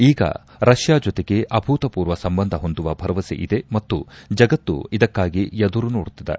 ಈಗ ರಷ್ಯಾ ಜೊತೆಗೆ ಅಭೂತಪೂರ್ವ ಸಂಬಂಧ ಹೊಂದುವ ಭರವಸೆ ಇದೆ ಮತ್ತು ಜಗತ್ತು ಇದಕ್ಕಾಗಿ ಎದುರು ನೋಡುತ್ತಿದೆ